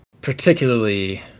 particularly